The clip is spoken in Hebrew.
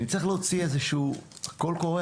נצטרך להוציא איזשהו קול קורא,